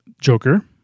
Joker